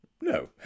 No